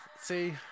See